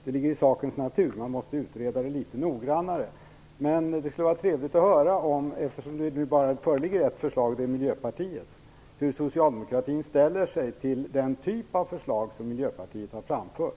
Det ligger i sakens natur. Man måste utreda litet noggrannare. Men eftersom det bara föreligger ett förslag, Miljöpartiets, skulle det vara trevligt att höra hur socialdemokratin ställer sig till den typ av förslag som Miljöpartiet har framfört.